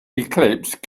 eclipse